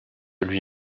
lui